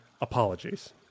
Apologies